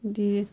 দিয়ে